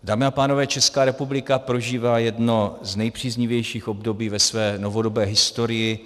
Dámy a pánové, Česká republika prožívá jedno z nejpříznivějších období ve své novodobé historii.